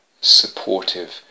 supportive